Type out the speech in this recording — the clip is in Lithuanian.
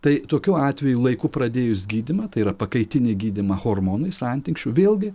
tai tokiu atveju laiku pradėjus gydymą tai yra pakaitinį gydymą hormonais antinksčių vėlgi